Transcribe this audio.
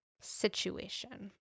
situation